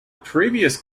previous